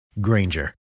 Granger